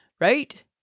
Right